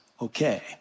okay